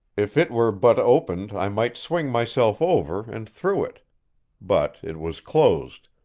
if it were but opened i might swing myself over and through it but it was closed,